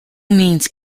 means